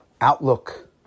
outlook